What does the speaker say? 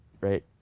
right